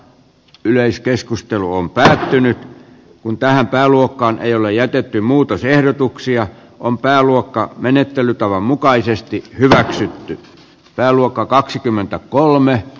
yleiskeskustelu on päätynyt mun päähän pääluokkaan ei ole jätetty muutosehdotuksia on pääluokkaa menettelytavan mukaisesti hyväksytty pääluokka kaksikymmentä kolme